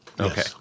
Okay